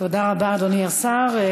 תודה רבה, אדוני השר.